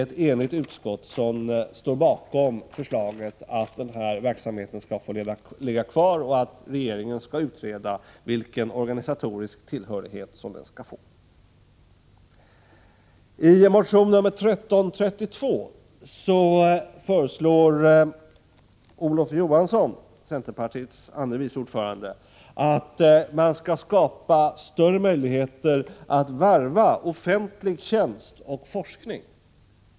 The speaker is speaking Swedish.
Ett enigt utskott står bakom förslaget att denna verksamhet skall få leva kvar och att regeringen skall utreda vilken organisatorisk tillhörighet den skall få. I motion 1332 föreslår Olof Johansson, centerpartiets andre vice ordförande, att man skall skapa större möjligheter att varva offentlig tjänst och forskning.